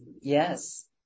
Yes